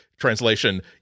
translation